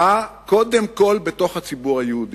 "קודם כול בתוך הציבור היהודי".